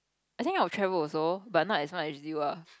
I think I will travel also but not as much as Sherry well